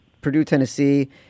Purdue-Tennessee